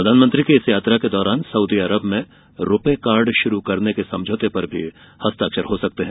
प्रधानमंत्री की इस यात्रा के दौरान सऊदी अरब में रूपे कार्ड शुरू करने के समझौते पर भी हस्ताक्षर हो सकते हैं